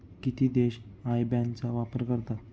किती देश IBAN चा वापर करतात?